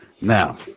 Now